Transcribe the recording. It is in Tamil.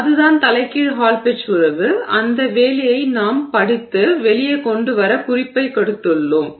எனவே அதுதான் தலைகீழ் ஹால் பெட்ச் உறவு அந்த வேலையை நாம் படித்து வெளியே கொண்டு வர குறிப்பைக் கொடுத்துள்ளோம்